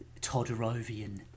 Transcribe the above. Todorovian